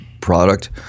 product